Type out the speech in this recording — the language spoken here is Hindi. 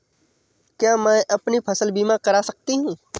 क्या मैं अपनी फसल बीमा करा सकती हूँ?